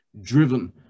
driven